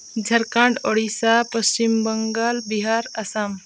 Jharkhand Odisha Paschim Bangal Bihar Assam